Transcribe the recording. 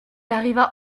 arriva